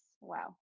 Wow